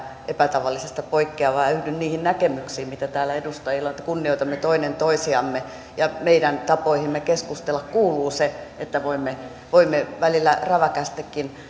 tavallisesta poikkeavaa ja yhdyn niihin näkemyksiin mitä täällä edustajilla on että kunnioitamme toinen toisiamme ja meidän tapoihimme keskustella kuuluu se että voimme välillä räväkästikin